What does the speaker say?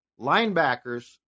Linebackers